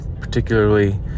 particularly